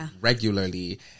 regularly